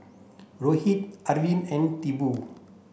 Rohit Arvind and Tipu